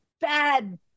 bad